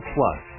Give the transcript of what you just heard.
Plus